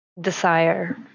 Desire